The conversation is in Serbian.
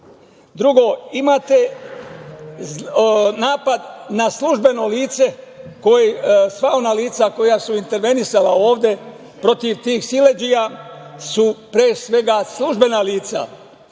Drugo, imate napad na službeno lice, sva ona lica koja su intervenisala ovde protiv tih siledžija su pre svega službena lica.